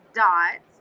dot